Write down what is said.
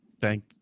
thank